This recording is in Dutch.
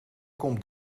komt